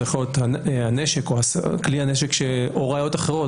זה יכול להיות כלי הנשק או ראיות אחרות,